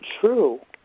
true